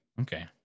Okay